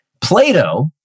Plato